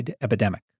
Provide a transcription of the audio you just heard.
epidemic